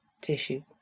tissue